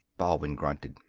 baldwin grunted.